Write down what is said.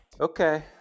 Okay